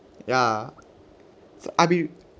ya I've been